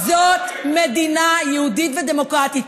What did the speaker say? זאת מדינה יהודית ודמוקרטית.